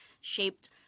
shaped